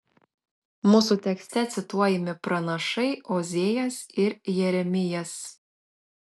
mūsų tekste cituojami pranašai ozėjas ir jeremijas